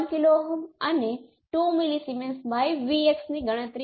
એ જ રીતે જો તમે g પેરામિટર જુઓ g12 એ z12 બાય z11 અને g21 એ z21 બાય z11 છે